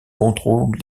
contrôle